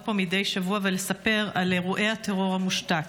פה מדי שבוע ולספר על אירועי הטרור המושתק,